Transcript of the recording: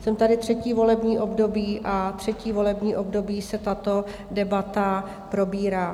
Jsem tady třetí volební období a třetí volební období se tato debata probírá.